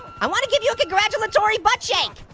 i wanna give you a congratulatory butt shake.